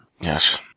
Yes